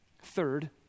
Third